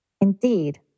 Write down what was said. Indeed